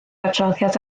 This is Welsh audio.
adroddiad